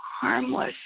harmless